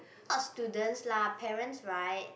not students lah parents right